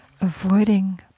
avoiding